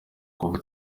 kuva